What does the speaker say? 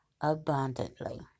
abundantly